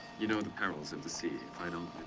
you know the perils of the sea. if i don't